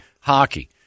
hockey